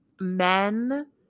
men